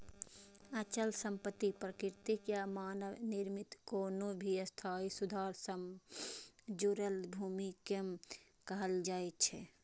अचल संपत्ति प्राकृतिक या मानव निर्मित कोनो भी स्थायी सुधार सं जुड़ल भूमि कें कहल जाइ छै